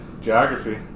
Geography